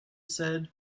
said